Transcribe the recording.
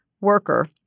worker